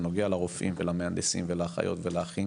זה נוגע לרופאים ולמהנדסים ולאחיות ולאחים